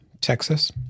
Texas